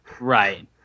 Right